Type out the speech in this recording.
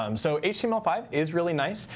um so h t m l five is really nice.